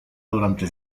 durante